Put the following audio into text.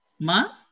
Ma